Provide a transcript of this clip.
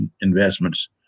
investments